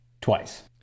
Twice